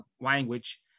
language